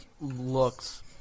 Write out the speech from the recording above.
looks